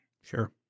Sure